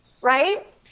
right